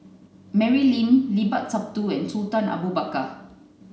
Mary Lim Limat Sabtu and Sultan Abu Bakar